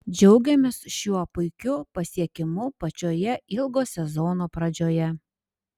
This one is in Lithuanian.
džiaugiamės šiuo puikiu pasiekimu pačioje ilgo sezono pradžioje